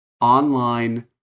online